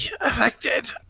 affected